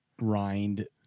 rind